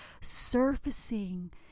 surfacing